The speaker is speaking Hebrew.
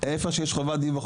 איפה שיש חובת דיווח,